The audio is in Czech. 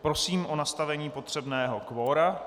Prosím o nastavení potřebného kvora.